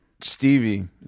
Stevie